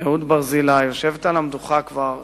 אהוד ברזילי יושבת על המדוכה כבר שנה,